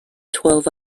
twelve